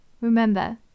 remember